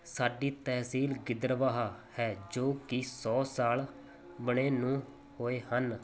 ਸਾਡੀ ਤਹਿਸੀਲ ਗਿੱਦੜਬਾਹਾ ਹੈ ਜੋ ਕਿ ਸੌ ਸਾਲ ਬਣੇ ਨੂੰ ਹੋਏ ਹਨ